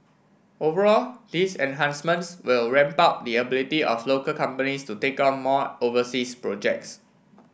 overall these enhancements will ramp up the ability of local companies to take on more overseas projects